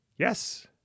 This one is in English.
Yes